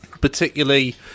particularly